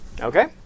Okay